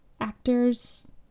actors